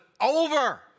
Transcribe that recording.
over